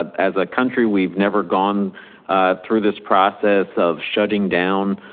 ah as a country, we've never gone through this process of shutting down